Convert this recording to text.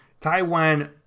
Taiwan